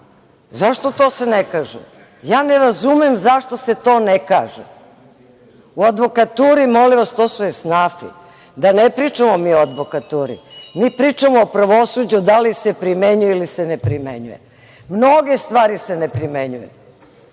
zašto se to ne kaže. Ja ne razumem zašto se to ne kaže. U advokaturi, to su esnafi, da ne pričamo mi o advokaturi, mi pričamo o pravosuđu da li se primenjuje ili se ne primenjuje. Mnoge stvari se ne primenjuju. Ja